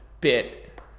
bit